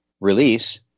release